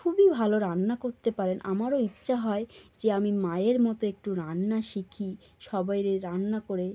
খুবই ভালো রান্না করতে পারেন আমারও ইচ্ছা হয় যে আমি মায়ের মতো একটু রান্না শিখি সবাইকে রান্না করে